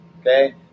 Okay